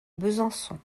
besançon